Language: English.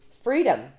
Freedom